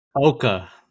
Oka